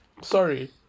sorry